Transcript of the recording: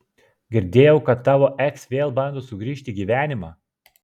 girdėjau kad tavo eks vėl bando sugrįžt į gyvenimą